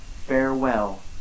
Farewell